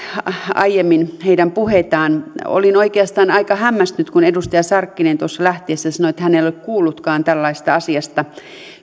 heidän puheitaan aiemmin olin oikeastaan aika hämmästynyt kun edustaja sarkkinen tuossa lähtiessään sanoi että hän ei ei ole kuullutkaan tällaisesta asiasta